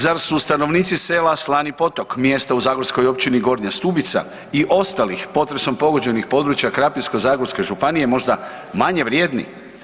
Zar su stanovnici sela Slani Potok, mjesta u zagorskoj općini Gornja Stubica i ostalih potresom pogođenih područja Krapinsko-zagorske županije možda manje vrijedni?